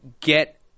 get